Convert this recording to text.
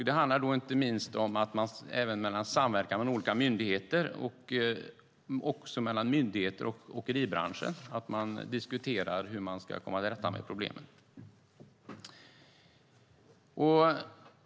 Det handlar då inte minst om att man även i samverkan mellan olika myndigheter och också mellan myndigheter och åkeribranschen diskuterar hur man ska komma till rätta med problemen.